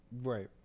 Right